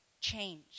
change